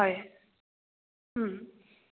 হয়